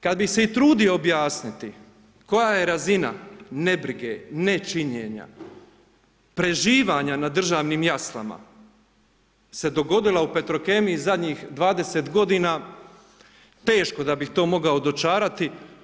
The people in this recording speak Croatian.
Kad bih se i trudio objasniti koja je razina nebrige, nečinjenja, preživanja na državnim jaslama se dogodila u Petrokemiji zadnjih 20 godina teško da bih to mogao dočarati.